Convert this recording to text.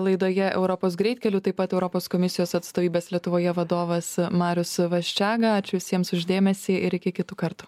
laidoje europos greitkeliu taip pat europos komisijos atstovybės lietuvoje vadovas marius vaščega ačiū visiems už dėmesį ir iki kitų kartų